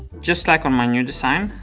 just like on my new design,